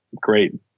great